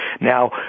Now